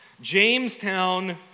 Jamestown